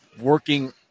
working